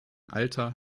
alter